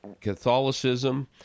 Catholicism